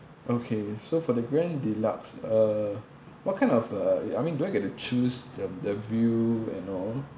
okay so for the grand deluxe err what kind of uh I mean do I get to choose the the view and all